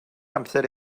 amser